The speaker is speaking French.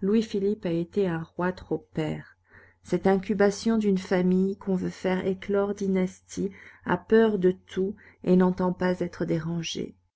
louis-philippe a été un roi trop père cette incubation d'une famille qu'on veut faire éclore dynastie a peur de tout et n'entend pas être dérangée